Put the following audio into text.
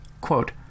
quote